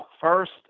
First